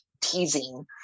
teasing